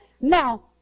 Now